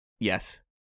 Yes